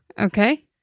Okay